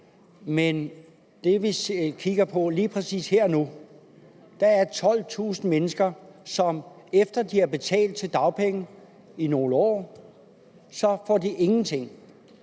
Men det, vi kigger på lige præcis her og nu, er 12.000 mennesker, som, efter at de har betalt til dagpenge i nogle år, ingenting